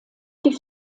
die